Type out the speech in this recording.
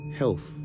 health